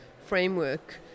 framework